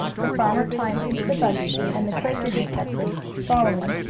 the farmer climbed into the buggy and the quaker detective, following,